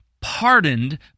pardoned